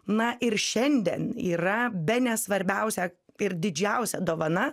na ir šiandien yra bene svarbiausia ir didžiausia dovana